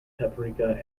paprika